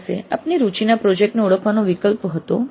આપની પાસે આપની રુચિના પ્રોજેક્ટ ને ઓળખવાનો વિકલ્પ હતો